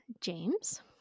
James